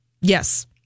Yes